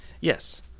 Yes